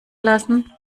lassen